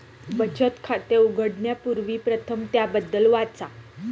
बचत खाते उघडण्यापूर्वी प्रथम त्याबद्दल वाचा